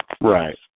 Right